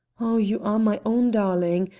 oh, you are my own darling!